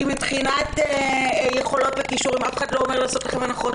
כי מבחינת יכולות וכישורים אף אחד לא אמור לעשות לכן הנחות,